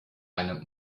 eine